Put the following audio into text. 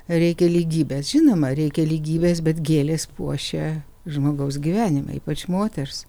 reikia lygybės žinoma reikia lygybės bet gėlės puošia žmogaus gyvenimą ypač moters